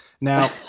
Now